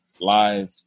Live